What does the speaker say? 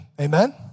Amen